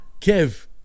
Kev